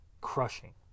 crushing